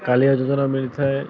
କାଳିଆ ଯୋଜନା ମିଳିଥାଏ